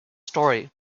story